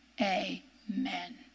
Amen